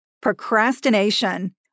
Procrastination